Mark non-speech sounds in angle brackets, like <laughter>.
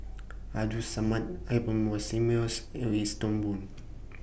Abdul Samad Albert <unintelligible> and Wees Toon Boon